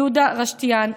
יהודה רשתיאן.